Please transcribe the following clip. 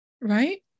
Right